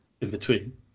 in-between